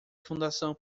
fundação